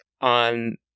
on